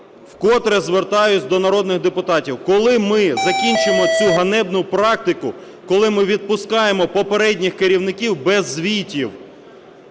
Вкотре звертаюсь до народних депутатів. Коли ми закінчимо цю ганебну практику, коли ми відпускаємо попередніх керівників без звітів.